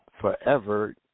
forever